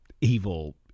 evil